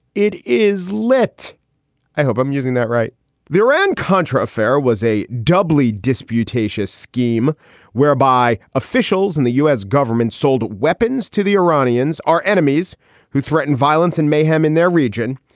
it is lit i hope i'm using that right the iran contra affair was a doubly disputatious scheme whereby officials in the u s. government sold weapons to the iranians are enemies who threaten violence and mayhem in their region,